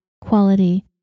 quality